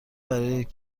برای